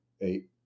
eight